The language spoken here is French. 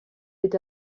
est